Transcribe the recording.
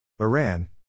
Iran